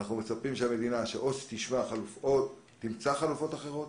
אנחנו מצפים שהמדינה או שתמצה חלופות אחרות